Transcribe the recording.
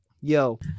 yo